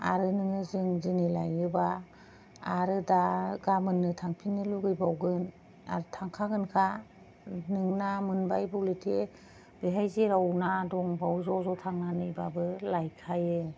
आरो नोङो जों दिनै लायोबा आरो दा गाबोन्नो थांफिन्नो लुगैबावगोन आरो थांखागोनखा नों ना मोनबाय बलिते बेहाय जेराव ना दं बाव ज' ज' थांनानैबाबो लायखायो